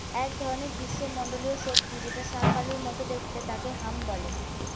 এক ধরনের গ্রীষ্মমন্ডলীয় সবজি যেটা শাকালু মতো তাকে হাম বলে